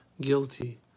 guilty